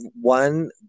one